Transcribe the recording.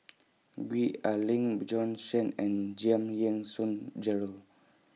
Gwee Ah Leng Bjorn Shen and Giam Yean Song Gerald